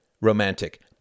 romantic